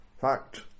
fact